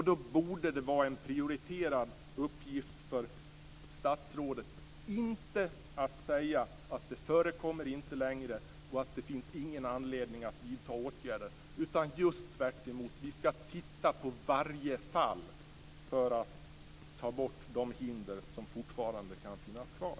Då borde det vara en prioriterad uppgift för statsrådet inte att säga att det inte förekommer längre och att det inte finns någon anledning att vidta åtgärder, utan just tvärtom: Vi skall titta på varje fall för att ta bort de hinder som fortfarande kan finnas kvar.